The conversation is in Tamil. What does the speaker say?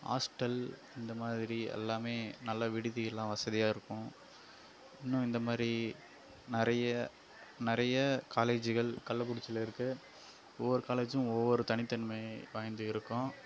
ஹாஸ்டல் இந்த மாதிரி எல்லாமே நல்லா விடுதி எல்லாம் வசதியாக இருக்கும் இன்னும் இந்த மாதிரி நிறைய நிறைய காலேஜுகள் கள்ளக்குறிச்சியில இருக்கு ஒவ்வொரு காலேஜும் ஒவ்வொரு தனித்தன்மை வாய்ந்து இருக்கும்